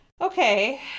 Okay